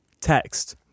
text